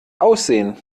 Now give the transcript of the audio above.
aussehen